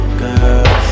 girl